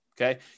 okay